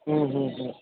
હમ્મ હમ્મ હમ્મ